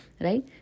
right